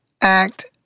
act